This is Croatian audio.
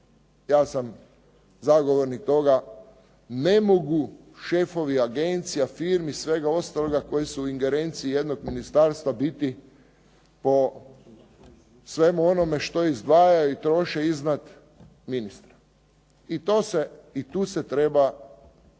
ja sam zagovornik toga. Ne mogu šefovi agencija, firmi, svega ostaloga koji su u ingerenciji jednog ministarstva biti po svemu onome što izdvajaju i troše iznad ministra. I tu se treba napraviti